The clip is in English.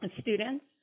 students